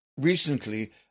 recently